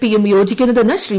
പിയും യോജിക്കുന്നതെന്ന് ശ്രീ